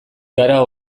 gara